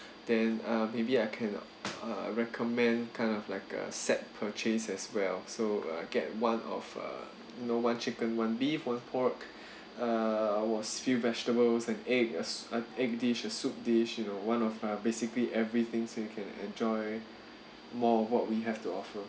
then uh maybe I can uh recommend kind of like a set purchase as well so I get one of uh you know one chicken one beef one pork uh with few vegetables and eggs as an egg dish a soup dish you know one of uh basically everything so you can enjoy more of what we have to offer